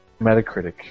Metacritic